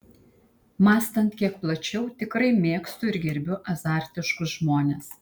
mąstant kiek plačiau tikrai mėgstu ir gerbiu azartiškus žmones